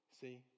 See